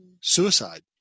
suicide